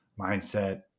mindset